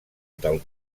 del